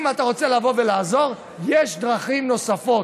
אם אתה רוצה לבוא ולעזור, יש דרכים נוספות.